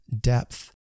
depth